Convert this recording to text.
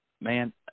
man